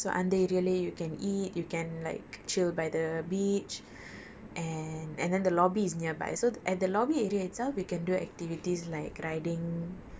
and அந்த:antha area லே:ley you can like it's right next to the beach so அந்த:antha area லே:ley you can eat you can like chill by the beach and and then the lobby is nearby